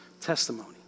testimony